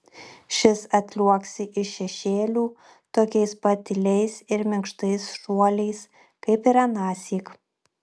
šis atliuoksi iš šešėlių tokiais pat tyliais ir minkštais šuoliais kaip ir anąsyk